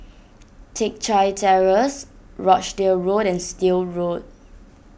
Teck Chye Terrace Rochdale Road and Still Road